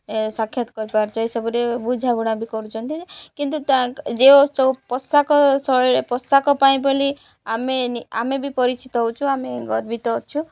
ସାକ୍ଷତ କରିପାରୁଛ ଏସବୁରେ ବୁଝାବୁଣା ବି କରୁଛନ୍ତି କିନ୍ତୁ ତା ଯେ ପୋଷାକ ଶୈଳୀ ପୋଷାକ ପାଇଁ ବୋଲି ଆମେ ଆମେ ବି ପରିଚିତ ହଉଛୁ ଆମେ ଗର୍ବିତ ଅଛୁ